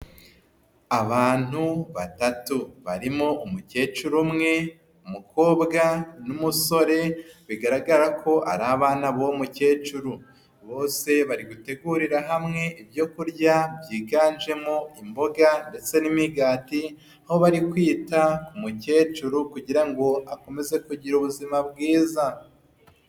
aAbantu batatu barimo umukecuru umwe mukobwa n'umusore bigaragara ko ari abana b'uwo mukecuru bose bari gutegurira hamwe ibyo kurya byiganjemo imboga ndetse n'imigati aho bari kwita ku m'ukecuru kugira ngo akomeze kugira ubuzima bwiza.